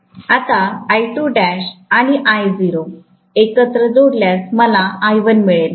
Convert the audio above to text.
आता आणि एकत्र जोडल्यास मला I1 मिळेल